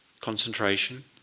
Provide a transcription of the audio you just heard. concentration